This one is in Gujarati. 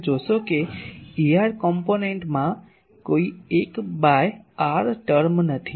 તમે જોશો કે Er ઘટકોમાં કોઈ 1 બાય r ટર્મ નથી